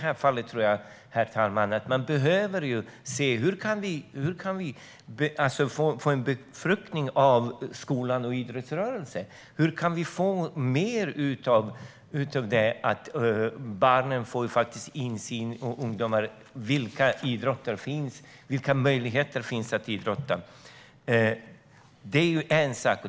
Hur kan vi få en befruktning mellan skola och idrottsrörelse så att barn och ungdomar får mer insikt i vilka idrotter som finns och vilka möjligheter som finns att idrotta?